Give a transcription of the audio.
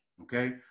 okay